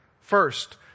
First